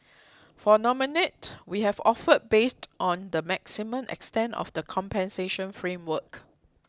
for Dominique we have offered based on the maximum extent of the compensation framework